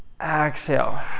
Exhale